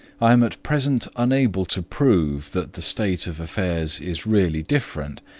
i am at present unable to prove that the state of affairs is really different,